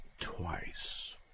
twice